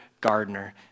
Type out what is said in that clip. gardener